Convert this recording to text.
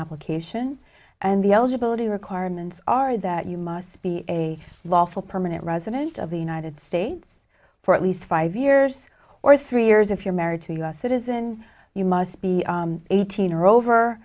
application and the eligibility requirements are that you must be a lawful permanent resident of the united states for at least five years or three years if you're married to a u s citizen you must be eighteen or over